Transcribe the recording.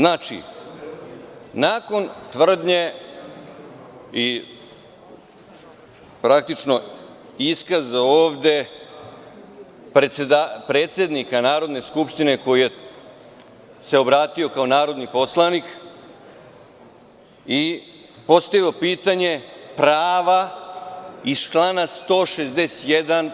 Nakon tvrdnje i praktično iskaza ovde predsednika Narodne skupštine koji se obratio kao narodni poslanik i postavio pitanje prava iz člana 161.